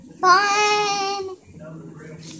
fun